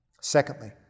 Secondly